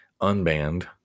unbanned